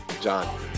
John